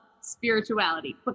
spirituality